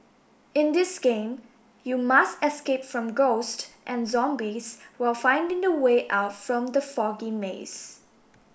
in this game you must escape from ghosts and zombies while finding the way out from the foggy maze